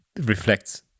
reflects